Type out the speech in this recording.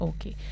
Okay